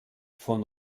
von